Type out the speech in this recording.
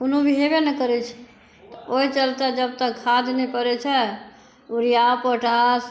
कोनो भी हेबय नहि करै छै तऽ ओहि चलते जबतक खाद नहि परै छै यूरिया पोटास